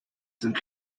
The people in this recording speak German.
sind